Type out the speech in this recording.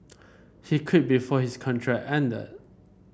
he quit before his contract ended